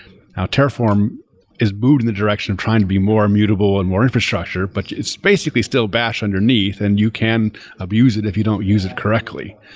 ah terraform is boot in the direction of trying to be more mutable and more infrastructure, but it's basically still batch underneath and you can abuse it if you don't use it correctly.